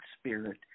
spirit